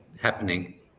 happening